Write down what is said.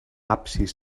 absis